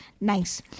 nice